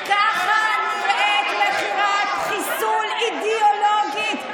ככה נראית מכירת חיסול אידיאולוגית.